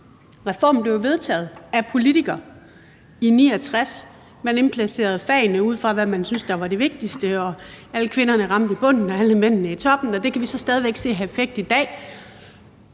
reformen blev jo vedtaget af politikere i 1969. Man indplacerede fagene ud fra, hvad man syntes var det vigtigste, og alle kvinderne endte i bunden og mændene i toppen, og det kan vi så stadig se have en effekt i dag.